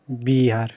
Bihar